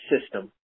system